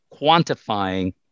quantifying